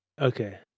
Okay